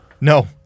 No